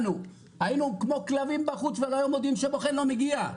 היינו כמו כלבים בחוץ ולא יודעים שבוחן לא מגיע,